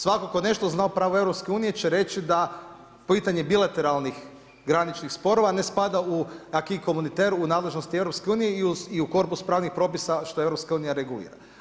Svatko tko nešto zna o pravu EU će reći da pitanje bilateralnih graničnih sporova ne spada u acquis comunitare u nadležnosti EU i u korpus pravnih propisa što EU regulira.